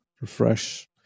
Refresh